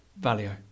Valio